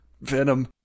Venom